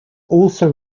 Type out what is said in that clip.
also